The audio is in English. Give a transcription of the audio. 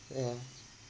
yeah